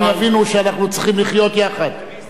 כולם יבינו שאנחנו צריכים לחיות יחד,